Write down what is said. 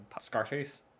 scarface